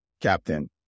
captain